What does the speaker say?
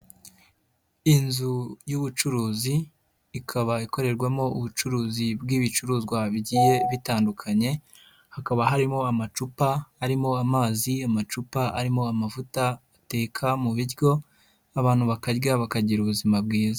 Inzu y'ubucuruzi ikaba ikorerwamo ubucuruzi bw'ibicuruzwa bigiye bitandukanye hakaba harimo amacupa, harimo amazi, amacupa arimo amavuta bateka mu biryo, abantu bakarya bakagira ubuzima bwiza.